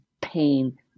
pain